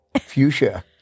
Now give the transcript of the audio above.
fuchsia